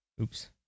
Oops